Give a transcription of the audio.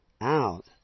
out